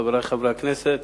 חברי חברי הכנסת,